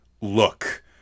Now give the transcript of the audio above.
look